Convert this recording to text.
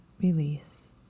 release